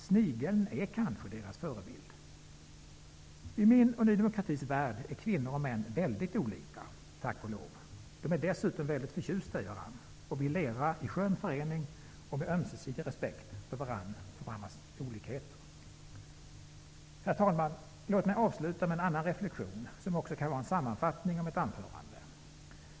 Snigeln är kanske deras förebild? I min och Ny demokratis värld är kvinnor och män väldigt olika, tack och lov. De är dessutom väldigt förtjusta i varandra och vill leva i skön förening och med ömsesidig respekt för varandra och för varandras olikheter. Herr talman! Låt mig avsluta med en annan reflexion, som också kan vara en sammanfattning av mitt anförande.